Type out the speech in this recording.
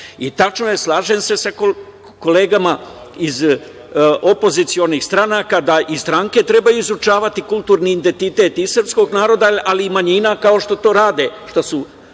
hoćemo. Tačno je, slažem se sa kolegama iz opozicionih stranaka da i stranke trebaju izučavati kulturni identitet i srpskog naroda, ali i manjina, kao što to rade, što su